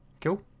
Cool